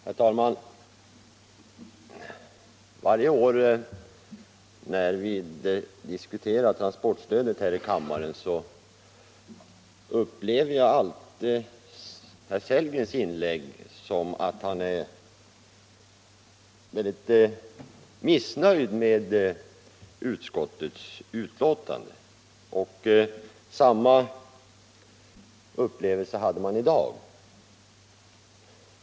Herr talman! Varje år när vi diskuterat transportstödet här i kammaren har jag upplevt herr Sellgrens inlägg så, att han varit väldigt missnöjd med utskottets betänkande, och samma upplevelse hade jag i dag.